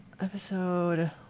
episode